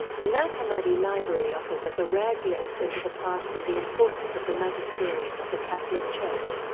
the nag hammadi library offers us a rare glimpse into the past and the importance of the magisterium of the catholic church.